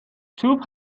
توپ